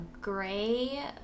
gray